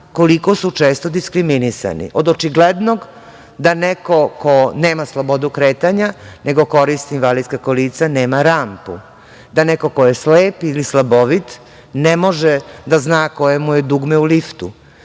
koliko su često diskriminisani. Od očiglednog da neko ko nema slobodu kretanja, nego koristi invalidska kolica, nema rampu, da neko ko je slep ili slabovid, ne može da zna koje mu je dugme u liftu,